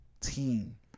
team